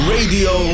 Radio